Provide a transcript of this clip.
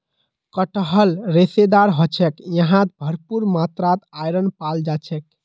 कटहल रेशेदार ह छेक यहात भरपूर मात्रात आयरन पाल जा छेक